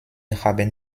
haben